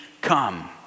come